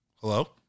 Hello